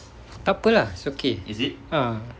takpe lah it's okay ah